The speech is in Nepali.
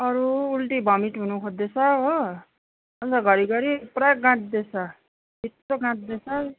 अरू उल्टी भोमिट हुन खोज्दैछ हो अनि त घरी घरी पुरा गाँठ्दै छ भित्र गाँठ्दै छ